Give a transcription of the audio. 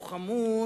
הוא חמור